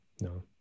No